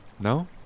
No